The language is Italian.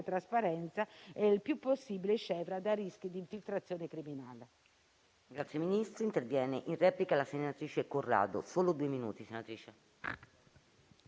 trasparenza, il più possibile scevra da rischi di infiltrazione criminale.